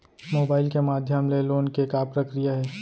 Mobile के माधयम ले लोन के का प्रक्रिया हे?